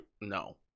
No